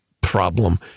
problem